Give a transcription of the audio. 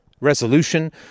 resolution